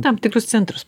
tam tikrus centrus